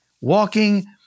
walking